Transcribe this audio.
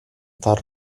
far